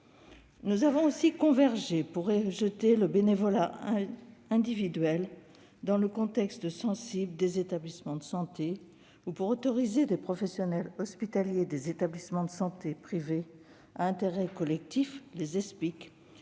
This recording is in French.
Nous avons aussi convergé pour rejeter le bénévolat individuel dans le contexte sensible des établissements de santé ou pour autoriser les professionnels hospitaliers des établissements de santé privés à intérêt collectif (Espic)